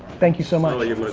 thank you so much. oh,